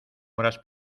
horas